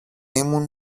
ήμουν